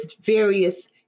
various